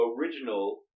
original